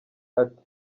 ati